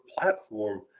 platform